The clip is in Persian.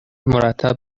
مرتب